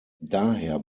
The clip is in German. daher